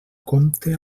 compte